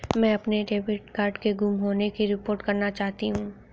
मैं अपने debit card के गुम होने की रिपोर्ट करना चाहती हूँ